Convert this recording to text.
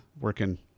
working